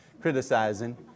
Criticizing